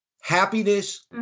happiness